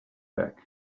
back